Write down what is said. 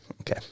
Okay